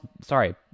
sorry